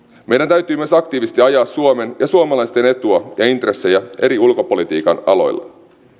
meidän täytyy myös aktiivisesti ajaa suomen ja suomalaisten etua ja intressejä eri ulkopolitiikan aloilla